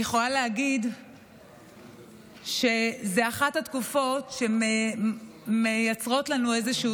אני יכולה להגיד שזאת אחת התקופות שמייצרות לנו איזשהו